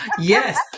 yes